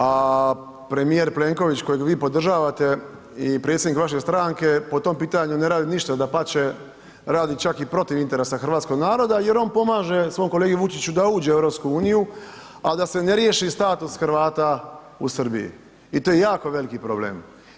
A premijer Plenković kojeg vi podržavate i predsjednik vaše stranke po tom pitanju ne rade ništa, dapače, radi čak i protiv interesa hrvatskog naroda jer on pomaže svom kolegi Vučiću da uđe u EU, a da se ne riješi status Hrvata u Srbiji i to je jako veliki problem.